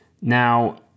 Now